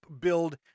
build